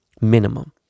minimum